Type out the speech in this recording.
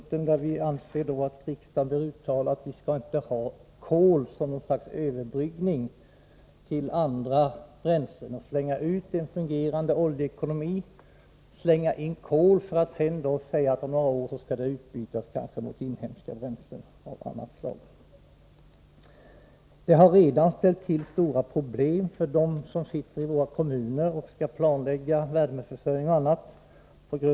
Vi anser att riksdagen bör uttala att man inte skall begagna kol såsom en överbryggning till andra bränslen. Man skall inte slänga ut en fungerande oljeekonomi och slänga in kol för att sedan om några år byta ut kolet mot inhemska bränslen av annat slag. Detta har redan ställt till stora problem för dem som sitter i våra kommuner och skall planlägga värmeförsörjning och annat.